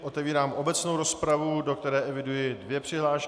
Otevírám obecnou rozpravu, do které eviduji dvě přihlášky.